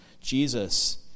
Jesus